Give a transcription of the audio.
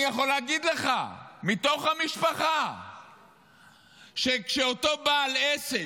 אני יכול להגיד לך מתוך המשפחה שכשאותו בעל עסק,